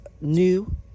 new